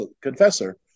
confessor